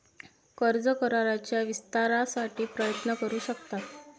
कर्ज कराराच्या विस्तारासाठी प्रयत्न करू शकतात